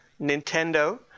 Nintendo